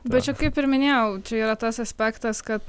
bet čia kaip ir minėjau čia yra tas aspektas kad